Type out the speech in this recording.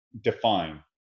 define